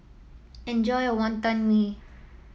enjoy your Wonton Mee